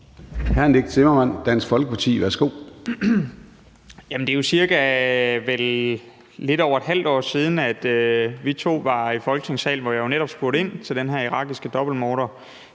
Det er vel lidt over et halvt år siden, at vi to var i Folketingssalen, hvor jeg netop spurgte ind til den her irakiske dobbeltmorder,